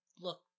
look